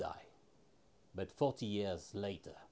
die but forty years later